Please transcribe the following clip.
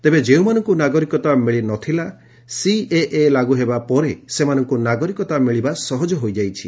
ତେବେ ଯେଉଁମାନଙ୍କୁ ନାଗରିକତା ମିଳି ନ ଥିଲା ସିଏଏ ଲାଗୁ ହେବା ପରେ ସେମାନଙ୍କୁ ନାଗରିକତା ମିଳିବା ସହଜ ହୋଇଯାଇଛି